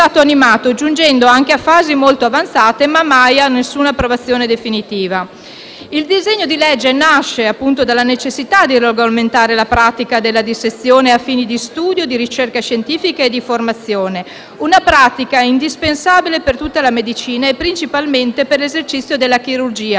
Il disegno di legge nasce appunto dalla necessità di regolamentare la pratica della dissezione a fini di studio, di ricerca scientifica e di formazione, una pratica indispensabile per tutta la medicina e principalmente per l'esercizio della chirurgia,